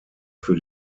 für